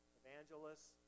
evangelists